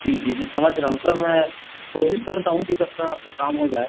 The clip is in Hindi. जी जी मैं समझ रहा हूँ सर मैं कोशिश करता हूँ कि जब तक आपका काम हो जाए